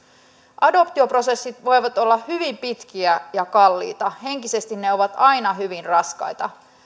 adoptioprosessit voivat olla hyvin pitkiä ja kalliita henkisesti ne ovat aina hyvin raskaita